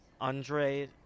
Andre